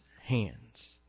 hands